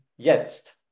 jetzt